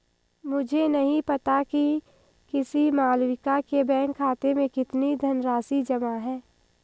मुझे नही पता कि किसी मालविका के बैंक खाते में कितनी धनराशि जमा है